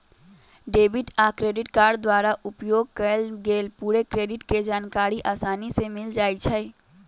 debit आ credit card द्वारा उपयोग कएल गेल पूरे क्रेडिट के जानकारी असानी से मिल जाइ छइ